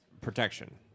protection